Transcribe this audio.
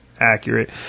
accurate